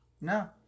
No